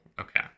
Okay